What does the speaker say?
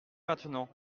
maintenant